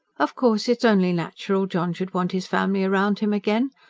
of course it's only natural john should want his family round him again.